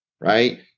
right